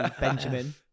benjamin